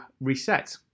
reset